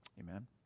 Amen